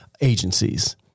agencies